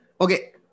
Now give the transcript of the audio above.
Okay